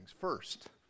First